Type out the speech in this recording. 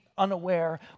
unaware